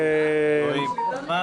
איתן, רשומים לך